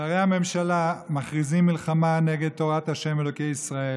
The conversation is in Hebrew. שרי הממשלה מכריזים מלחמה נגד תורת השם ואלוקי ישראל,